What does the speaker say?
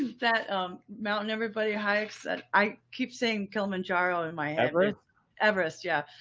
that mountain. everybody hikes. and i keep saying kilimanjaro in my head. everest. yeah.